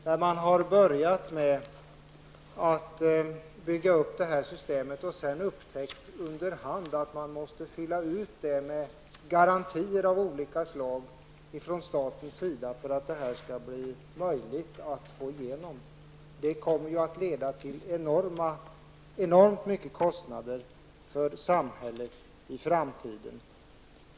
Här har man börjat bygga upp ett system och sedan under hand upptäckt att man måste fylla ut det med garantier av olika slag från statens sida. Det kommer att leda till enormt stora kostnader för samhället i framtiden.